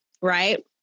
right